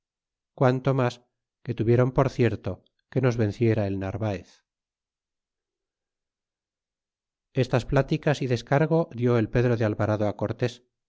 quanto mas que tuviéron por cierto que nos venciera el narvaez estas pláticas y descargo dió el pedro de alvarado cortés